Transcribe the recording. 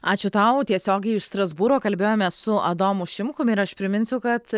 ačiū tau tiesiogiai iš strasbūro kalbėjomės su adomu šimkum ir aš priminsiu kad